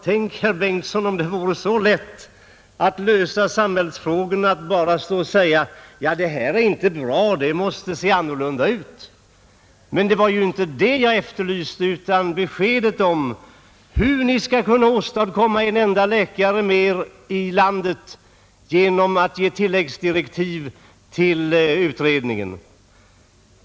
Tänk, herr Bengtsson, om det vore så lätt att lösa samhällsfrågorna att man bara behövde stå och säga: Det här är inte bra, det måste se annorlunda ut. Men det var inte det jag efterlyste, utan besked om hur ni skall kunna åstadkomma en enda läkare mer i landet genom att ge tilläggsdirektiv till utredningen.